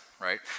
right